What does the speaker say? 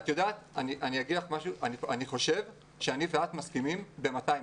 אני חושב שאני ואת מסכימים ב-200%.